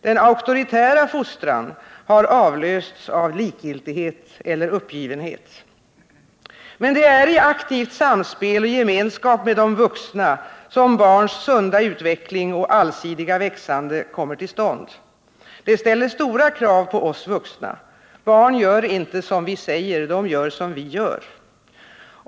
Den auktoritära fostran har avlösts av likgiltighet eller uppgivenhet. Men det är i aktivt samspel och gemenskap med de vuxna som barns sunda utveckling och allsidiga växande kommer till stånd. Det ställer stora krav på oss vuxna. Barn gör inte som vi säger— de gör som vi gör.